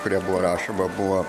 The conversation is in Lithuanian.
kuria buvo rašoma buvo